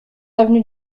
avenue